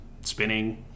spinning